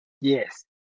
Yes